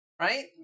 Right